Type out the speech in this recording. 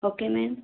okay ma'am